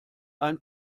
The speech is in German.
ein